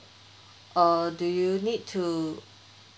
uh do you need to